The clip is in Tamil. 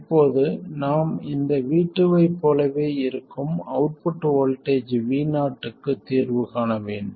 இப்போது நாம் இந்த V2 ஐப் போலவே இருக்கும் அவுட்புட் வோல்ட்டேஜ் Vo க்கு தீர்வு காண வேண்டும்